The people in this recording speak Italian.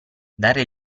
dare